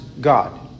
God